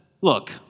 look